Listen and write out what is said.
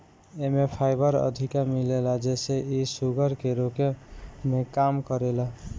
एमे फाइबर अधिका मिलेला जेसे इ शुगर के रोके में काम करेला